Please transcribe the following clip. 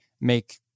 make